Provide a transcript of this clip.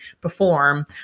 perform